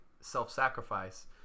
self-sacrifice